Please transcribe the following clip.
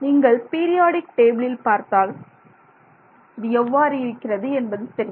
நீங்கள் பீரியாடிக் டேபிலில் பார்த்தால் இது எவ்வாறு இருக்கிறது என்பது தெரியும்